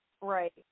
Right